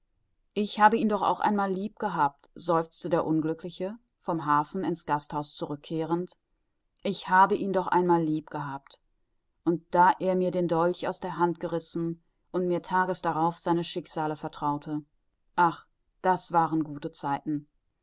ich habe ihn doch auch einmal lieb gehabt seufzte der unglückliche vom hafen in's gasthaus zurückkehrend ich habe ihn doch einmal lieb gehabt da er mir den dolch aus der hand gerissen und mir tages darauf seine schicksale vertraute ach das waren gute zeiten